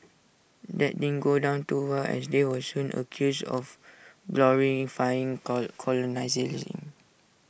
that didn't go down too well as they were soon accused of glorifying co